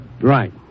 Right